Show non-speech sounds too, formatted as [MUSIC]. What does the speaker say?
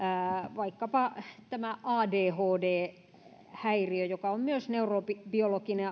vaikkapa adhd häiriö joka on myös neurobiologinen [UNINTELLIGIBLE]